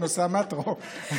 בנושא המטרו,